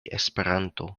esperanto